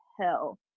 hell